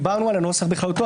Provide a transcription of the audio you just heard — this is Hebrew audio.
דיברנו על הנוסח בכללותו,